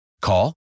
Call